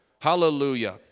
Hallelujah